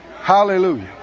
Hallelujah